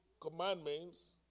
commandments